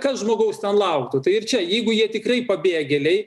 kas žmogaus ten lauktų tai ir čia jeigu jie tikrai pabėgėliai